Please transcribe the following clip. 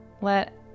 let